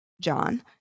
John